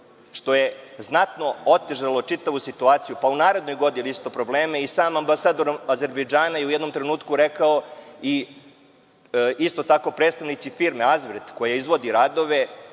što je znatno otežalo čitavu situaciju, pa u narednoj godini isto probleme i sam ambasador Azerbejdžana je u jednom trenutku rekao i isto tako predstavnici firme „Azbirt“, koja izvodi radove,